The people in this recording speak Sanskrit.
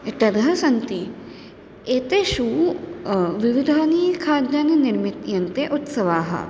इत्यादयः सन्ति एतेषु विविधानि खाद्यानि निर्मीयन्ते उत्सवाः